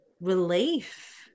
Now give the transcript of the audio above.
relief